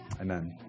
Amen